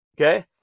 okay